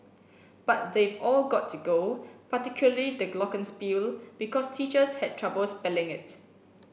but they've all got to go particularly the glockenspiel because teachers had trouble spelling it